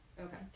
Okay